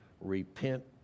repent